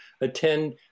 attend